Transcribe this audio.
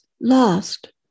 lost